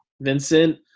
Vincent